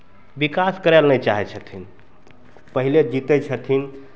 विकास करय लेल नहि चाहै छथिन पहिले जीतै छथिन